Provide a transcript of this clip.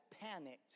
panicked